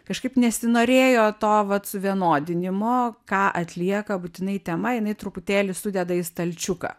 kažkaip nesinorėjo to vat suvienodinimo ką atlieka būtinai tema jinai truputėlį sudeda į stalčiuką